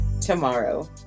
tomorrow